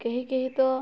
କେହି କେହି ତ